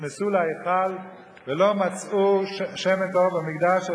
ונכנסו להיכל ולא מצאו שמן טהור במקדש,